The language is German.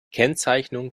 kennzeichnung